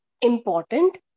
important